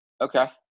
Okay